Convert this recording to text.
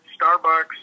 Starbucks